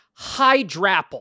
Hydrapple